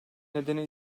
nedeni